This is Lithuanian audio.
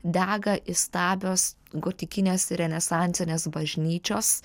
dega įstabios gotikinės renesansinės bažnyčios